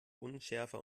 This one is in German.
unschärfer